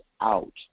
out